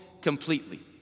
completely